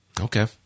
Okay